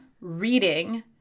reading